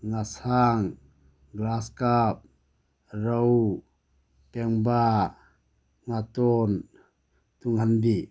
ꯉꯥꯁꯥꯡ glass ꯀꯥꯞ ꯔꯧ ꯄꯦꯡꯕꯥ ꯉꯥꯇꯣꯟ ꯇꯨꯡꯍꯟꯕꯤ